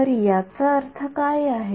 तर याचा अर्थ काय आहे